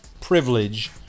privilege